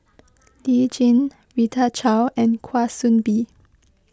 Lee Tjin Rita Chao and Kwa Soon Bee